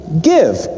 give